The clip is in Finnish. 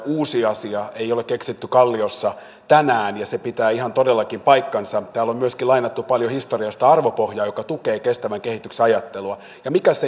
uusi asia ei ole keksitty kalliossa tänään ja se pitää ihan todellakin paikkansa täällä on myöskin lainattu paljon historiasta arvopohjaa joka tukee kestävän kehityksen ajattelua ja mikäs